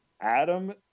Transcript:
Adam